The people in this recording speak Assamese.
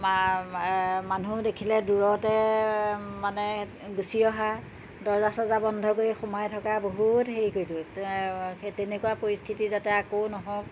মানুহ দেখিলে দূৰতে মানে গুচি অহা দৰ্জা চৰ্জা বন্ধ কৰি সোমাই থকা বহুত হেৰি কৰি থৈ তেনেকুৱা পৰিস্থিতি যাতে আকৌ নহওক